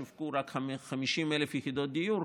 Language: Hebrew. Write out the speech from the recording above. שווקו רק 50,000 יחידות דיור,